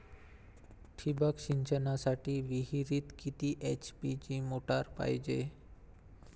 ठिबक सिंचनासाठी विहिरीत किती एच.पी ची मोटार पायजे?